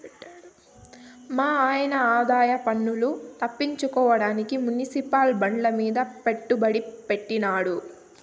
మాయన్న ఆదాయపన్ను తప్పించడానికి మునిసిపల్ బాండ్లమీద పెట్టుబడి పెట్టినాడు